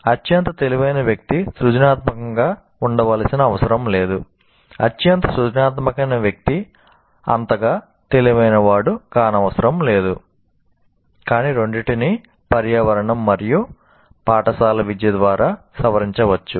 అత్యంత తెలివైన వ్యక్తి సృజనాత్మకంగా ఉండవలసిన అవసరం లేదు అత్యంత సృజనాత్మక వ్యక్తి అంతగా తెలివైనవాడు కానవసరం లేదు కానీ రెండింటినీ పర్యావరణం మరియు పాఠశాల విద్య ద్వారా సవరించవచ్చు